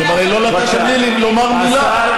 אתם לא נותנים לומר מילה.